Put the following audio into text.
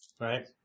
Right